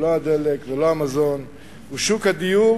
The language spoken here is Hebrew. הוא לא הדלק ולא המזון, הוא שוק הדיור.